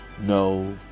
no